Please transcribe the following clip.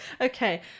Okay